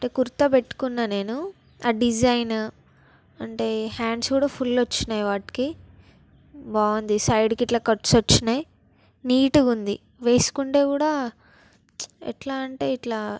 అంటే కుర్తా పెట్టుకున్నాను నేను ఆ డిజైను అంటే హ్యాండ్స్ కూడా ఫుల్ వచ్చినాయి వాటికి బాగుంది సైడుకి ఇట్ల కట్స్ వచ్చినాయి నీట్గా ఉంది వేసుకుంటే కూడా ఎట్లా అంటే ఇట్లా